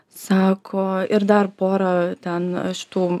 sako ir dar porą ten šitų